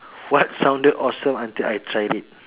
what sounded awesome until I tried it